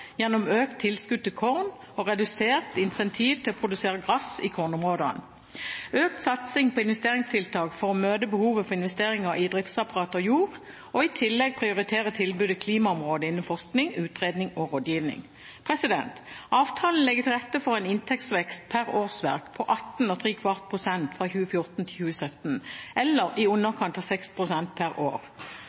gjennom økt tilskudd til korn og redusert incentiv til å produsere gras i kornområder og økt satsing på investeringstiltak for å møte behovet for investeringer i driftsapparat og jord. I tillegg prioriterer tilbudet klimaområdet innen forskning, utredning og rådgivning. Avtalen legger til rette for en inntektsvekst pr. årsverk på 18,75 pst. fra 2014 til 2017, eller i underkant av 6 pst. pr. år.